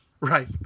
right